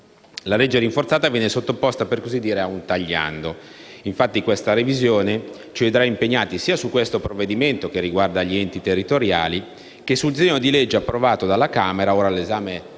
La legge rinforzata viene sottoposta, per così dire, a un "tagliando". Infatti, questa revisione ci vedrà impegnati sia su questo provvedimento, che riguarda gli enti territoriali, che sul disegno di legge approvato dalla Camera e ora all'esame della